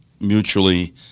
mutually